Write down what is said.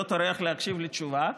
לא טורח להקשיב לתשובה,